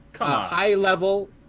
high-level